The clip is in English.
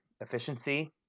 efficiency